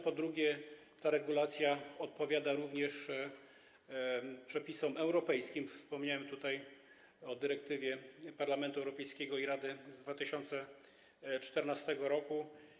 Po drugie, ta regulacja odpowiada przepisom europejskim, wspomniałem tutaj o dyrektywie Parlamentu Europejskiego i Rady z 2014 r.